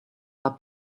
are